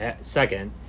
second